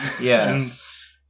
Yes